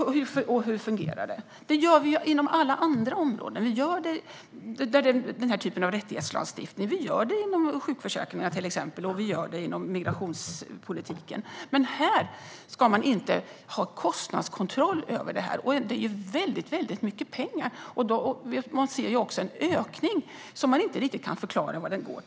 Så gör vi inom alla andra områden. Vi gör det inom denna typ av rättighetslagstiftning. Vi gör det inom till exempel sjukförsäkringen och migrationspolitiken. Men här ska vi inte ha kostnadskontroll fast det är väldigt mycket pengar. Vi ser ju också en ökning som vi inte riktigt kan förklara.